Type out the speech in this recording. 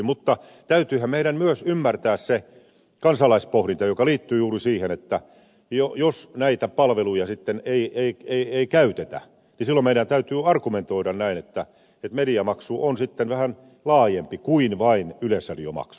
mutta täytyyhän meidän myös ymmärtää se kansalaispohdinta joka liittyy juuri siihen että jos näitä palveluja sitten ei käytetä niin silloin meidän täytyy argumentoida näin että mediamaksu on sitten vähän laajempi kuin vain yleisradiomaksu